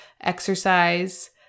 exercise